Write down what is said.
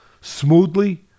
smoothly